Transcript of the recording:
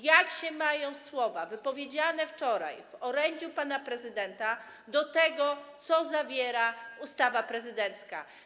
Jak się mają słowa wypowiedziane wczoraj w orędziu pana prezydenta do tego, co zawiera ustawa prezydencka?